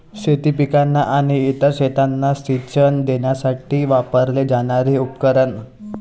शेती पिकांना आणि इतर शेतांना सिंचन देण्यासाठी वापरले जाणारे उपकरण